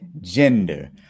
Gender